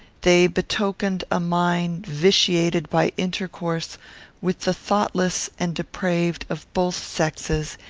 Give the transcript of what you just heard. they betokened a mind vitiated by intercourse with the thoughtless and depraved of both sexes,